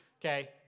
okay